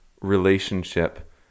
relationship